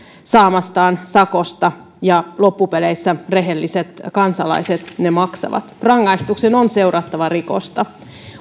saamastaan sakosta ja loppupeleissä rehelliset kansalaiset ne maksavat rangaistuksen on seurattava rikosta